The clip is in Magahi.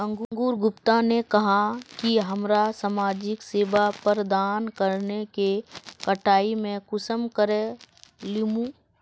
अंकूर गुप्ता ने कहाँ की हमरा समाजिक सेवा प्रदान करने के कटाई में कुंसम करे लेमु?